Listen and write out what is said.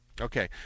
Okay